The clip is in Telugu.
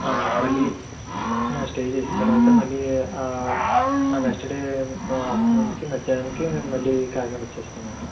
మళ్ళీ స్టే చేసిన తరవాత మళ్ళీ ఆ నెక్స్ట్ డే ఆఫ్టర్నూన్కి మధ్యాన్నానికి మేము మళ్ళీ కాకినాడ వచ్చేస్తామండి